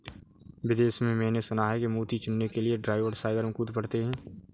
विदेश में मैंने सुना है कि मोती चुनने के लिए ड्राइवर सागर में कूद पड़ते हैं